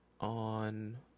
on